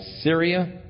Syria